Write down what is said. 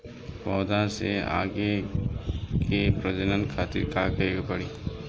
पौधा से आगे के प्रजनन खातिर का करे के पड़ी?